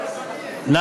בטעות, אדוני.